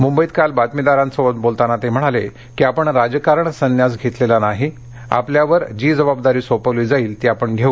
मुंबईत काल बातमीदारांसोबत बोलताना ते म्हणाले की आपण राजकारण संन्यास घेतलेला नाही आपल्यावर जी जबाबदारी सोपवली जाईल ती आपण घेऊ